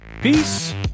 Peace